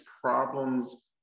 problems